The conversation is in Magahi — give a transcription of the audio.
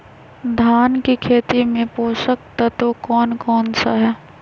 धान की खेती में पोषक तत्व कौन कौन सा है?